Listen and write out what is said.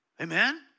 Amen